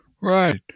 Right